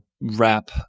wrap